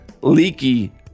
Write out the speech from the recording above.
leaky